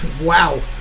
Wow